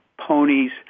ponies